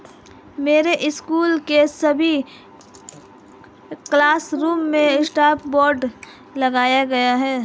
मेरे स्कूल के सभी क्लासरूम में स्मार्ट बोर्ड लग गए हैं